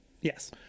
Yes